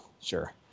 Sure